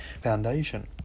foundation